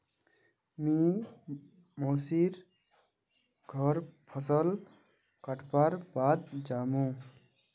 मी मोसी र घर फसल कटवार बाद जामु